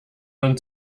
und